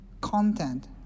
content